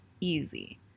easy